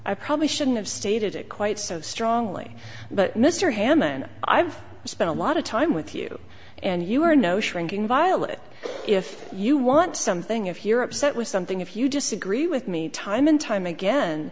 i probably shouldn't have stated it quite so strongly but mr hammond i've spent a lot of time with you and you are no shrinking violet if you want something if you're upset with something if you disagree with me time and time again